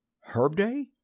Herb-day